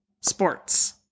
sports